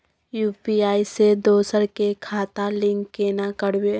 UPI से दोसर के खाता लिंक केना करबे?